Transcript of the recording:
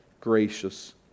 Gracious